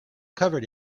covered